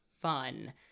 fun